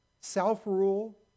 self-rule